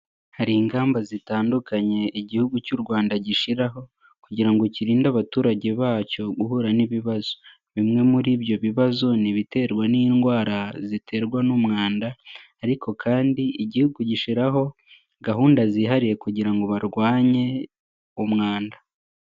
Hari ingamba zitandukanye Igihugu cy'u Rwanda gishyiraho kugira ngo kirinde abaturage bacyo guhura n'ibibazo, bimwe muri ibyo bibazo ni ibiterwa n'indwara ziterwa n'umwanda ariko kandi Igihugu gishyiraho gahunda zihariye kugira ngo barwanye umwanda.